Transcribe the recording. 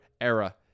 era